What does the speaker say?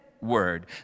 word